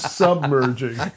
submerging